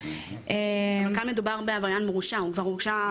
אבל כאן מדובר בעבריין מורשע, הוא כבר הורשע.